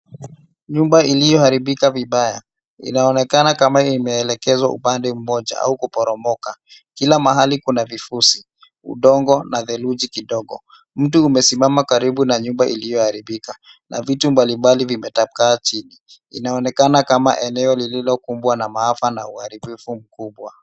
Nyumba iliyoharibika vibaya inaonekana kama imeelekezwa upande mmoja au kuporomoka. Kila mahali kuna vifusi, udongo na theluji kidogo. Mti umesimama karibu na nyumba iliyoharibika na vitu mbalimbali vimetapakaa chini. Inaonekana kama eneo lililokumbwa na maafa na uharibifu mkubwa.